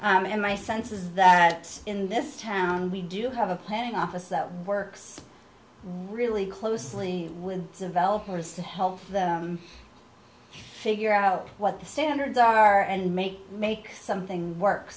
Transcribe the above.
mean my sense is that in this town we do have a planning office that works really closely with developers to help figure out what the standards are and make make something work